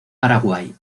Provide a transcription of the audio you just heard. paraguay